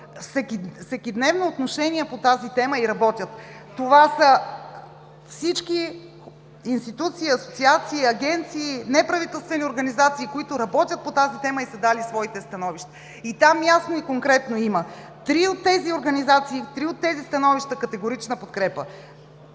всекидневно отношение по тази тема и работят. Това са всички институции, асоциации, агенции, неправителствени организации, които работят по тази тема и са дали своите становища. Три от тези организации в своите становища изразяват категорична подкрепа.